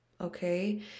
okay